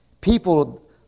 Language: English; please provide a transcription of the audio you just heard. people